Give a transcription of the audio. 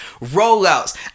rollouts